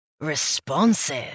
Responsive